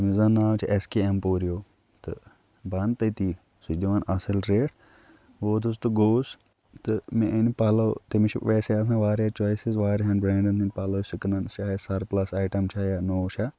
ییٚمِس زَن ناو چھُ اٮ۪س کے اٮ۪مپوریو تہٕ بہٕ اَنہٕ تٔتی سُہ چھِ دِوان اَصٕل ریٹ ووتُس تہٕ گوٚوُس تہٕ مےٚ أنۍ پَلَو تٔمِس چھِ ویسے آسان واریاہ چویسٕز واریاہَن برٛینٛڈَن ہٕنٛدۍ پَلَو چھِ کٕنان چاہے سرپٕلَس آیٹَم چھا یا نوٚو چھا